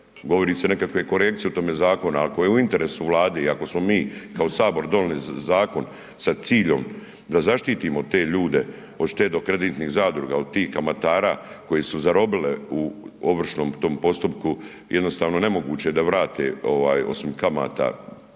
govori se nekakve korekcije o tome zakonu. Ako je u interesu Vlade i ako smo mi kao Sabor donijeli zakon sa ciljom da zaštitimo te ljude od štednokreditnih zadruga od tih kamatara koje su zarobile u ovršnom tom postupku jednostavno je nemoguće da vrate osim kamata